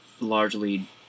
largely